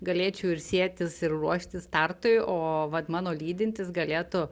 galėčiau ilsėtis ir ruoštis startui o vat mano lydintis galėtų